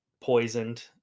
poisoned